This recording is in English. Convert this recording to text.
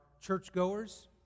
churchgoers